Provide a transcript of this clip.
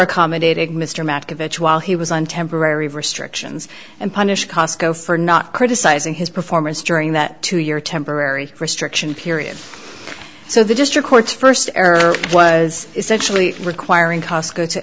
accommodating mr mack of h while he was on temporary restrictions and punished cosco for not criticizing his performance during that two year temporary restriction period so the district courts first error was essentially requiring cosco to